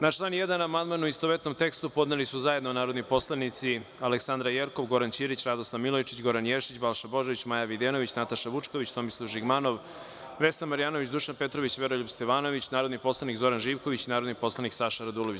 Na član 1. amandman, u istovetnom tekstu, podneli su zajedno narodni poslanici Aleksandra Jerkov, Goran Ćirić, Radoslav Milojičić, Goran Ješić, Balša Božović, Maja Videnović, Nataša Vučković, Tomislav Žigmanov, Vesna Marjanović, Dušan Petrović i Veroljub Stevanović, narodni poslanik Zoran Živković i narodni poslanik Saša Radulović.